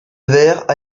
vert